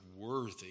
worthy